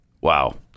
Wow